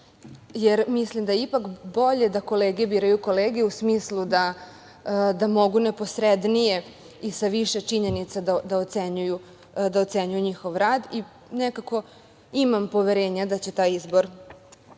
jer mislim da je ipak bolje da kolege biraju kolege u smislu da mogu neposrednije i sa više činjenica da ocenjuju njihov rad. Nekako, imam poverenja da će taj izbor